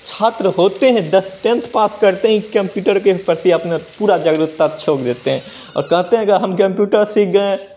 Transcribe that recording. छात्र होते हैं दस टेंथ पास करते हैं केम्प्यूटर के प्रति अपना पूरा जागरूकता छोंक देते हैं और कहते हैं कि हम केम्प्यूटर सीख गए